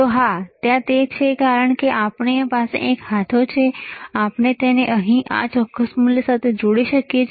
તો હા તે ત્યાં છે કારણ કે આપણી પાસે એક હાથો છે કે આપણે તેને અહીં આ ચોક્કસ મૂલ્ય સાથે જોડી શકીએ